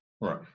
Right